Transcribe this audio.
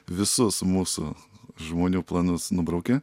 visus mūsų žmonių planus nubraukė